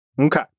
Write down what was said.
Okay